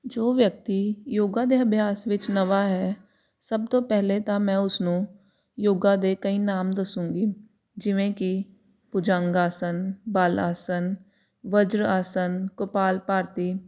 ਜੋ ਵਿਅਕਤੀ ਯੋਗਾ ਦੇ ਅਭਿਆਸ ਵਿੱਚ ਨਵਾਂ ਹੈ ਸਭ ਤੋਂ ਪਹਿਲੇ ਤਾਂ ਮੈਂ ਉਸਨੂੰ ਯੋਗਾ ਦੇ ਕਈ ਨਾਮ ਦੱਸੂੰਗੀ ਜਿਵੇਂ ਕਿ ਭੁਜੰਗ ਆਸਨ ਬਲ ਆਸਨ ਵਜਰ ਆਸਨ ਕਪਾਲ ਭਾਰਤੀ